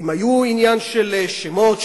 אם היה עניין של שמות,